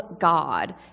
God